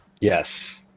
Yes